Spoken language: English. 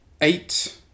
eight